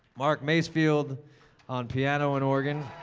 mark masefield on piano and organ.